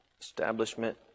Establishment